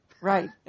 Right